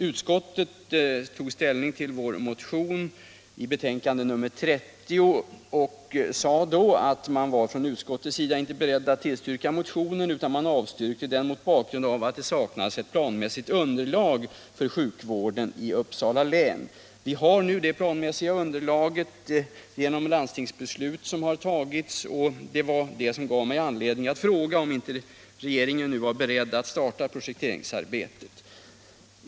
Utskottet tog ställning till vår motion i betänkandet 30 och skrev då att det inte var berett att tillstyrka motionen utan avstyrkte den mot bakgrund av att det saknades ett planmässigt underlag för sjukvården i Uppsala län. Efter det landstingsbeslut som fattats nu har vi det planmässiga underlaget, och det var detta som gav mig anledning att fråga om inte regeringen nu är beredd att starta projekteringsarbetet.